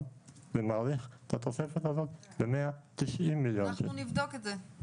ומעריך את התוספת הזאת ב-190 מיליון שקל,